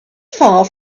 far